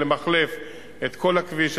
למחלף את כל הכביש,